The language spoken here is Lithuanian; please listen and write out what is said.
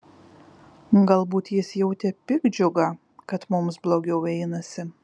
galbūt jis jautė piktdžiugą kad mums blogiau einasi